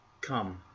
Come